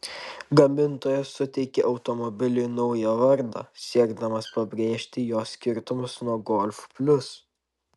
gamintojas suteikė automobiliui naują vardą siekdamas pabrėžti jo skirtumus nuo golf plius